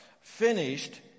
finished